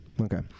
Okay